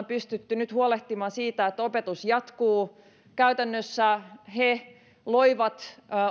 pystytty nyt huolehtimaan siitä että opetus jatkuu käytännössä he loivat